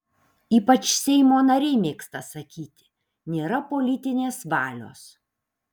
ypač seimo nariai mėgsta sakyti nėra politinės valios